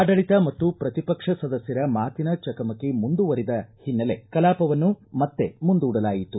ಆಡಳಿತ ಮತ್ತು ಪ್ರತಿಪಕ್ಷ ಸದಸ್ಯರ ಮಾತಿನ ಚಕಮಕಿ ಮುಂದುವರಿದ ಹಿನ್ನೆಲೆ ಕಲಾಪವನ್ನು ಮತ್ತೆ ಮುಂದೂಡಲಾಯಿತು